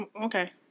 Okay